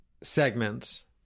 segments